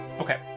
Okay